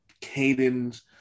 cadence